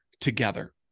together